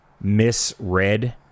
misread